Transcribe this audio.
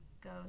go